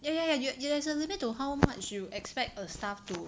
ya ya ya ya ya there's a limit to how much you expect a staff to